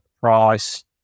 price